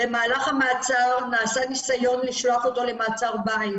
במהלך המעצר נעשה ניסיון לשלוח אותו למעצר בית.